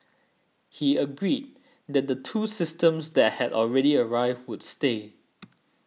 he agreed that the two systems that had already arrived would stay